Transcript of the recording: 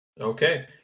Okay